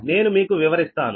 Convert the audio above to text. నేను మీకు వివరిస్తాను